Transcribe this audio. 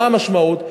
מה המשמעות?